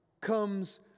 comes